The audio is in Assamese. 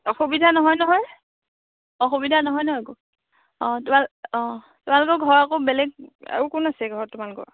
অসুবিধা নহয় নহয় অসুবিধা নহয় ন একো অ' তোমা অ' তোমালোকৰ ঘৰ আকৌ বেলেগ আৰু কোন আছে ঘৰত তোমালোকৰ